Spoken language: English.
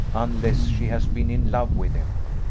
unless she has been in love with him,